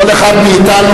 כל אחד מאתנו,